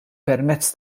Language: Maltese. permezz